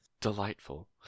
Delightful